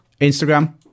Instagram